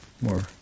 more